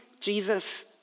Jesus